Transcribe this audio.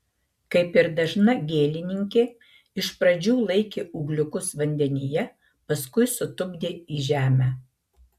kaip ir dažna gėlininkė iš pradžių laikė ūgliukus vandenyje paskui sutupdė į žemę